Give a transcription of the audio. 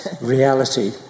reality